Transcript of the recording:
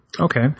Okay